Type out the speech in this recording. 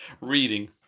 reading